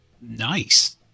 Nice